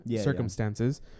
Circumstances